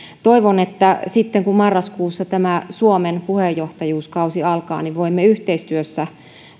toivon että sitten kun marraskuussa tämä suomen puheenjohtajuuskausi alkaa voimme yhteistyössä